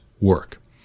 work